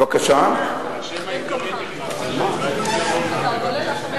אולי תיתן לאשם